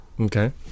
okay